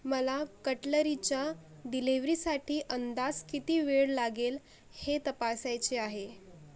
मला कटलरीच्या डिलेव्हरीसाठी अंदाज किती वेळ लागेल हे तपासायचे आहे